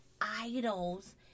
idols